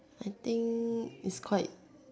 I think is quite